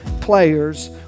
players